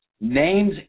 names